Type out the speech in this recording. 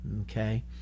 okay